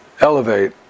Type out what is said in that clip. elevate